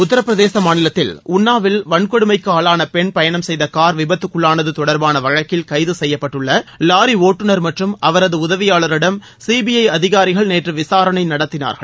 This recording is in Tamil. உத்தரப்பிரதேச மாநிலத்தில் உன்னாவ் வில் வன்கொடுமைக்கு ஆளானா பென் பயணம் செய்த கார் விபத்துக்குள்ளானது தொடர்பான வழக்கில் கைது செய்யப்பட்டுள்ள லாரி ஒட்டுநர் மற்றும் அவரது உதவியாளரிடம் சிபிஐ அதிகாரிகள் நேற்று விசாரணை நடத்தினார்கள்